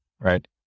right